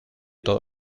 todo